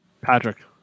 Patrick